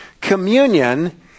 Communion